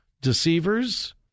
deceivers